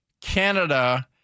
Canada